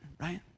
right